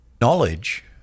knowledge